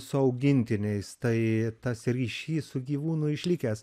su augintiniais tai tas ryšys su gyvūnu išlikęs